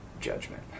judgment